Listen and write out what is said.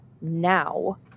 now